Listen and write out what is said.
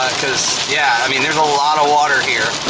cause, yeah, i mean there's a lot of water here.